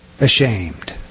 ashamed